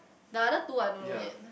the other two I don't know yet